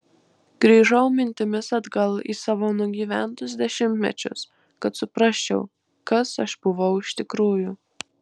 grįžau mintimis atgal į savo nugyventus dešimtmečius kad suprasčiau kas aš buvau iš tikrųjų